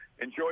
Enjoy